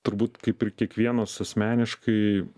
turbūt kaip ir kiekvienas asmeniškai